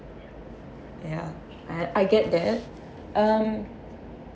ya I I get that um